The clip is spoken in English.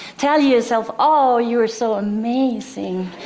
tell yourself, oh, you're so amazing.